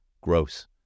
gross